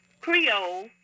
Creole